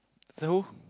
so who